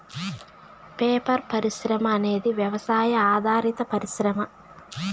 paper పరిశ్రమ అనేది వ్యవసాయ ఆధారిత పరిశ్రమ